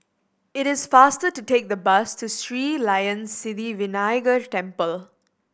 it is faster to take the bus to Sri Layan Sithi Vinayagar Temple